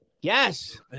Yes